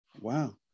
wow